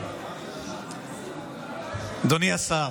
אדוני השר,